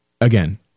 again